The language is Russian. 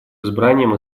избранием